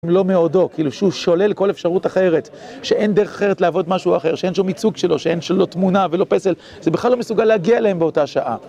...לא מעודו, שהוא שולל כל אפשרות אחרת, שאין דרך אחרת לעבוד משהו אחר, שאין שום ייצוג שלו, שאין שלו תמונה ולא פסל, זה בכלל לא מסוגל להגיע אליהם באותה שעה.